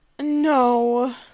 No